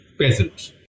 peasants